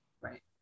right